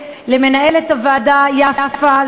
למנהלת הוועדה יפה,